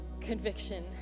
conviction